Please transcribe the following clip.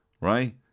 Right